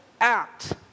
act